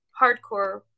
hardcore